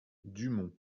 dumont